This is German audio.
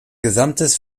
gesamtes